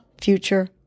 future